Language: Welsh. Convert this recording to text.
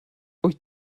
wyt